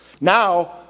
Now